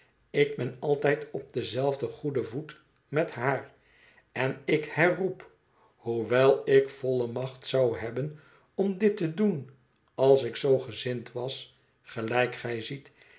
ik ben altijd op denzelfden goeden voet met haar en ik herroep hoewel ik volle macht zou hebben om dit te doen als ik zoo gezind was gelijk gij ziet